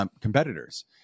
competitors